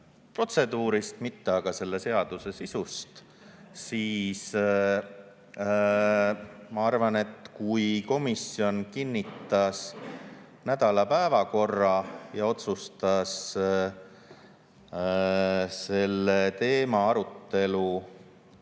protseduurist, mitte aga selle seaduse sisust, siis ma arvan, et kui komisjon kinnitas nädala päevakorra ja otsustas selle teema arutelu